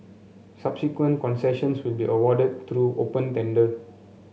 subsequent concessions will be awarded through open tender